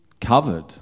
Covered